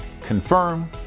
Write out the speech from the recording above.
Confirm